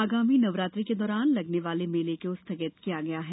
आगामी नवरात्रि के दौरान लगने वाले मेले को स्थगित कर दिया गया है